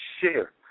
share